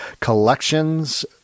collections